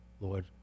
Lord